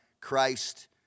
Christ